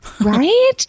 Right